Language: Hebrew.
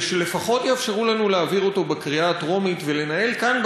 שלפחות יאפשרו לנו להעביר אותו בקריאה הטרומית ולנהל כאן,